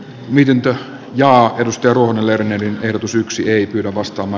miten työ ja opetustyö on verinen ehdotus yksi ei pyydä vasta oma